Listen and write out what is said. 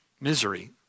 Misery